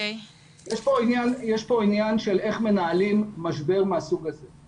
יש כאן עניין של איך מנהלים משבר מהסוג הזה.